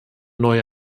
neue